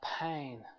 pain